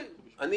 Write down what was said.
בסדר,